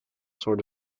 sort